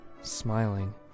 smiling